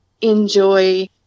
enjoy